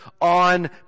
on